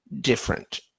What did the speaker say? different